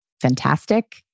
fantastic